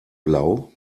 blau